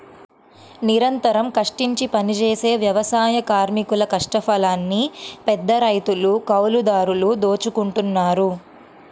నిరంతరం కష్టించి పనిజేసే వ్యవసాయ కార్మికుల కష్టఫలాన్ని పెద్దరైతులు, కౌలుదారులు దోచుకుంటన్నారు